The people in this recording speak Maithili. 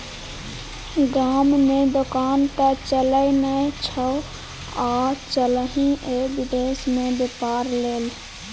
गाममे दोकान त चलय नै छौ आ चललही ये विदेश मे बेपार लेल